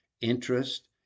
interest